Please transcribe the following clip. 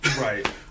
Right